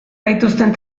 gaituzten